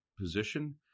position